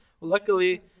luckily